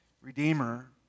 Redeemer